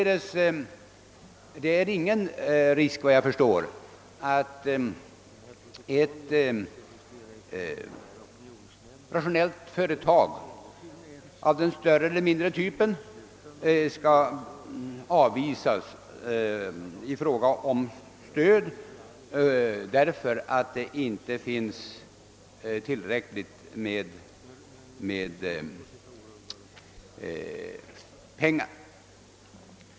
Det är således ingen risk för att ett traditionellt företag av den större eller mindre typen inte skall få begärt stöd av den anledningen att det inte finns tillräckligt med pengar.